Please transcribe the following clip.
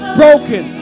broken